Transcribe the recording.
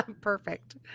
Perfect